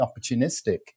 opportunistic